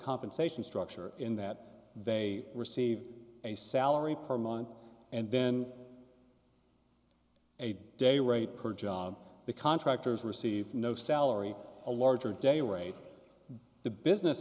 compensation structure in that they receive a salary per month and then a day rate per job the contractors receive no salary a larger day rate the business